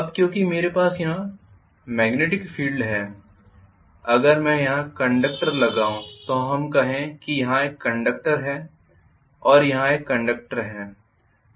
अब क्योंकि मेरे पास यहाँ मॅग्नेटिक फील्ड है अगर मैं यहाँ कंडक्टर लगाऊं तो हम कहें कि यहाँ एक कंडक्टर है और यहाँ एक कंडक्टर है